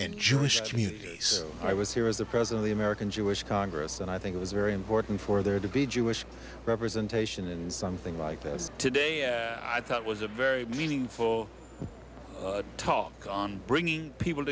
and jewish communities i was here as the president the american jewish congress and i think it was very important for there to be jewish representation and something like this today i thought was a very meaningful talk on bringing people